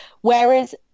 whereas